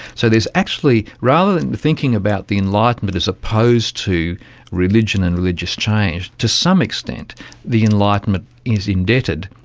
so there's actually, rather than thinking about the enlightenment as opposed to religion and religious change, to some extent the enlightenment is indebted,